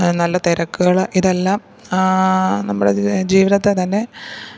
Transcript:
നല്ല തിരക്കുകൾ ഇതെല്ലാം നമ്മുടെ ജീവിതത്തെ തന്നെ